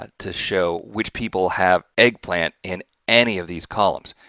ah to show which people have eggplant in any of these columns.